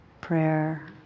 prayer